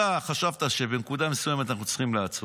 אתה חשבת שבנקודה מסוימת אנחנו צריכים לעצור,